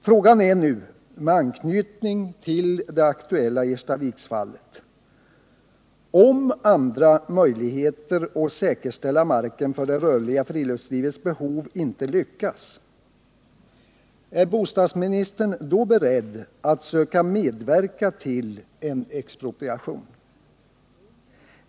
Frågan är nu, med anknytning till det aktuella Erstaviksfallet, om bostadsministern, för den händelse att man inte på andra vägar lyckas säkerställa marken för det rörliga friluftslivets behov, är beredd att försöka medverka till en expropriation.